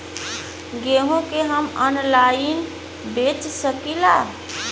गेहूँ के हम ऑनलाइन बेंच सकी ला?